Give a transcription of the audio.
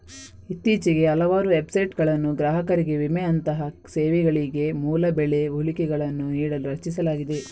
ಇತ್ತೀಚೆಗೆ ಹಲವಾರು ವೆಬ್ಸೈಟುಗಳನ್ನು ಗ್ರಾಹಕರಿಗೆ ವಿಮೆಯಂತಹ ಸೇವೆಗಳಿಗೆ ಮೂಲ ಬೆಲೆ ಹೋಲಿಕೆಗಳನ್ನು ನೀಡಲು ರಚಿಸಲಾಗಿದೆ